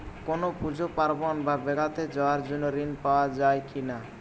কোনো পুজো পার্বণ বা বেড়াতে যাওয়ার জন্য ঋণ পাওয়া যায় কিনা?